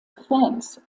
fans